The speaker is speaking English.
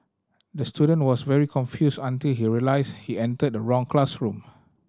the student was very confused until he realised he entered the wrong classroom